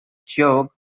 joke